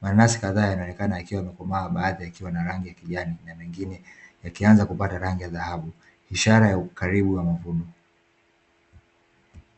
Mananasi kadhaa yanaonekana yakiwa yamekomaa baadhi yakiwa na rangi ya kijani na mengine yakianza kupata rangi ya dhahabu, ishara ya ukaribu wa mavuno.